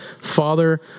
Father